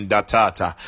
Datata